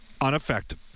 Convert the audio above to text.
unaffected